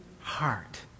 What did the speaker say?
heart